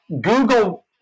Google